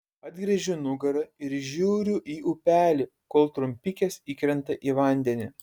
atgręžiu nugarą ir žiūriu į upelį kol trumpikės įkrenta į vandenį